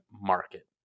market